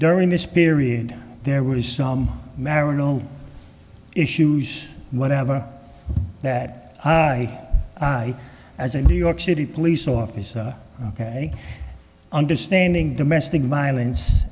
during this period there was mary no issues whatever that i as a new york city police officer ok understanding domestic violence